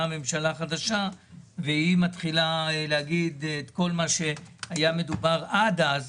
באה ממשלה חדשה שמתחילה להגיד עכשיו את כל מה שהיה מדובר עליו אז,